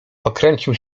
pokręcił